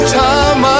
time